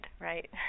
right